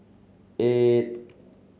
eight